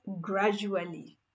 gradually